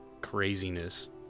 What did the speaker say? craziness